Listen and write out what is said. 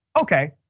Okay